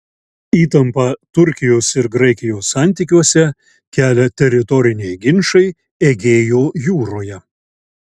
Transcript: įtampą turkijos ir graikijos santykiuose kelia teritoriniai ginčai egėjo jūroje